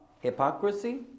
hypocrisy